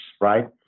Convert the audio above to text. right